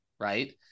right